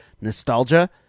nostalgia